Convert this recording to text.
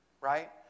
right